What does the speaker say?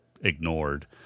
Ignored